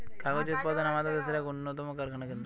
কাগজ উৎপাদন আমাদের দেশের এক উন্নতম কারখানা কেন্দ্র